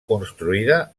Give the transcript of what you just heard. construïda